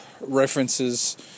references